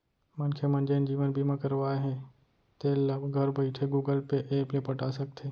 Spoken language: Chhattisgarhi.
मनखे मन जेन जीवन बीमा करवाए हें तेल ल घर बइठे गुगल पे ऐप ले पटा सकथे